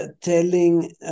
telling